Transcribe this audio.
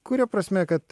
kuria prasme kad